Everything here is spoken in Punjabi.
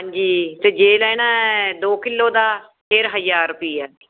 ਹਾਂਜੀ ਅਤੇ ਜੇ ਲੈਣਾ ਦੋ ਕਿਲੋ ਦਾ ਫਿਰ ਹਜ਼ਾਰ ਰੁਪਇਆ